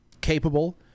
capable